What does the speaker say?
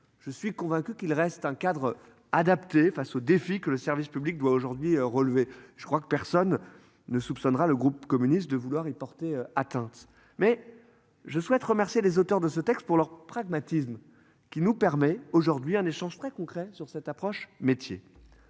Je suis convaincu qu'il reste un cadre adapté face au défis que le service public doit aujourd'hui relever. Je crois que personne ne soupçonnera le groupe communiste de vouloir et porter atteinte, mais je souhaite remercier les auteurs de ce texte pour leur pragmatisme qui nous permet aujourd'hui un échange très concrets sur cette approche métier.